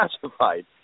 classified